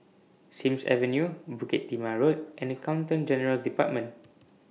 Sims Avenue Bukit Timah Road and Accountant General's department